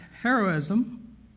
heroism